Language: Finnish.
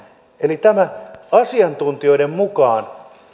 eli asiantuntijoiden mukaan